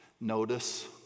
notice